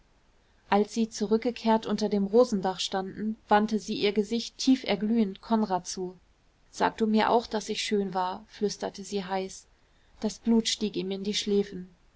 als sie zurückgekehrt unter dem rosendach standen wandte sie ihr gesicht tief erglühend konrad zu sag du mir auch daß ich schön war flüsterte sie heiß das blut stieg ihm in die schläfen